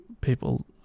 People